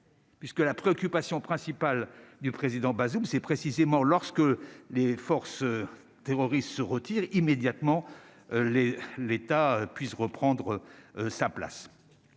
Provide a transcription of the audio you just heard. Puisque la préoccupation principale du président Bazoum c'est précisément lorsque les forces terroristes se retire immédiatement les l'État puisse reprendre sa place,